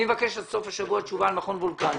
אני מבקש עד סוף השבוע תשובה על מכון וולקני,